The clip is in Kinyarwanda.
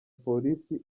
police